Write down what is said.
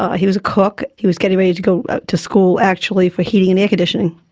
ah he was a cook, he was getting ready to go to school, actually, for heating and air conditioning.